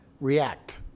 react